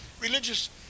religious